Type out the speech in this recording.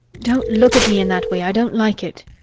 don't look at me in that way, i don't like it.